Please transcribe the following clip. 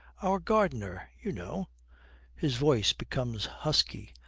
our gardener, you know his voice becomes husky.